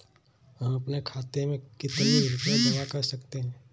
हम अपने खाते में कितनी रूपए जमा कर सकते हैं?